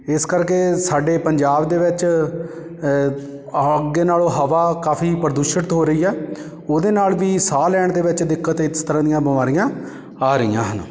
ਇਸ ਕਰਕੇ ਸਾਡੇ ਪੰਜਾਬ ਦੇ ਵਿੱਚ ਅੱਗੇ ਨਾਲੋਂ ਹਵਾ ਕਾਫੀ ਪ੍ਰਦੂਸ਼ਿਤ ਹੋ ਰਹੀ ਆ ਉਹਦੇ ਨਾਲ ਵੀ ਸਾਹ ਲੈਣ ਦੇ ਵਿੱਚ ਦਿੱਕਤ ਇਸ ਤਰ੍ਹਾਂ ਦੀਆਂ ਬਿਮਾਰੀਆਂ ਆ ਰਹੀਆਂ ਹਨ